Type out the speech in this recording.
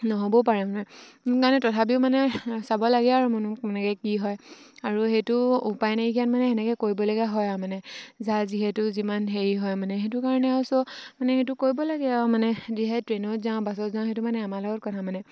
নহ'বও পাৰে মানে সেইকাৰণে তথাপিও মানে চাব লাগে আৰু মনো মানে কি হয় আৰু সেইটো উপায় নাইকিয়াত মানে তেনেকৈ কৰিবলগীয়া হয় আৰু মানে যাৰ যিহেতু যিমান হেৰি হয় মানে সেইটো কাৰণে আৰু ছ' মানে সেইটো কৰিব লাগে আৰু মানে যিহেতু ট্ৰেইনত যাওঁ বাছত যাওঁ সেইটো মানে আমাৰ লগত কথা মানে